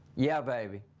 yeah, baby!